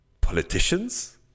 politicians